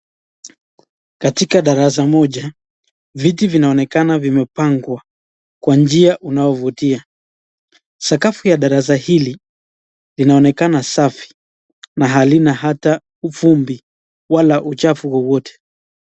Katika darasa moja, viti vinaonekana vimepangwa kwa njia unaovutia. Sakafu ya darasa hili linaonekana safi na halina ata vumbi wala uchafu wowote.